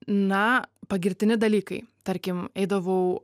na pagirtini dalykai tarkim eidavau